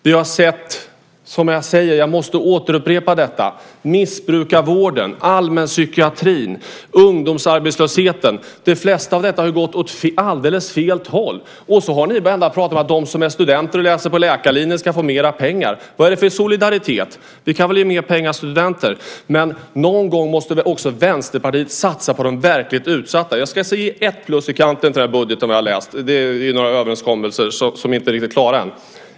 Vi har sett - jag måste upprepa detta - att det mesta när det gäller missbrukarvården, allmänpsykiatrin, ungdomsarbetslösheten gått åt alldeles fel håll. Ändå har ni börjat prata om att de som är studenter och läser på läkarlinjen ska få mera pengar. Vad är det för solidaritet? Vi kan väl ge mera pengar till studenter, men någon gång måste väl också Vänsterpartiet satsa på de verkligt utsatta. Jag kan dock sätta ett plus i kanten i den budget som jag läst - några överenskommelser är väl inte riktigt klara ännu.